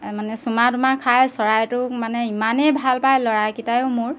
মানে চুমা তুমা খায় চৰাইটোক মানে ইমানেই ভাল পায় ল'ৰাকেইটায়ো মোৰ